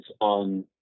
on